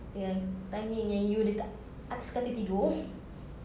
dengan timing yang you dekat atas katil tidur